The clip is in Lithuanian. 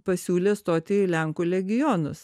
pasiūlė stoti į lenkų legionus